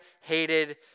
hated